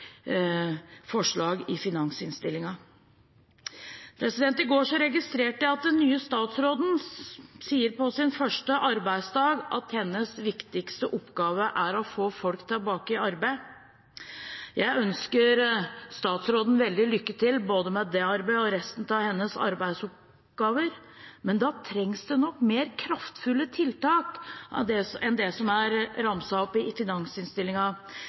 forslag i finansinnstillingen. I går registrerte jeg at den nye statsråden på sin første arbeidsdag sa at hennes viktigste oppgave er å få folk tilbake i arbeid. Jeg ønsker statsråden veldig lykke til med både det arbeidet og resten av hennes arbeidsoppgaver, men da trengs det nok mer kraftfulle tiltak enn det som er ramset opp i